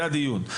זה הדיון.